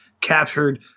captured –